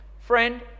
Friend